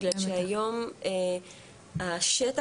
מפני שהיום השטח,